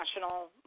national